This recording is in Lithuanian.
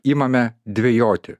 imame dvejoti